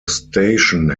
station